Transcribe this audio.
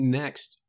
next